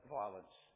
violence